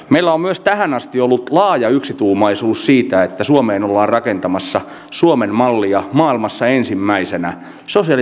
meillä on myös tähän asti ollut laaja yksituumaisuus siitä että suomeen ollaan rakentamassa suomen mallia maailmassa ensimmäisenä sosiaali ja terveydenhuolto yhteen